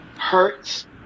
hurts